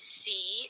see